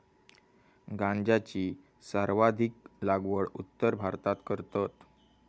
गांजाची सर्वाधिक लागवड उत्तर भारतात करतत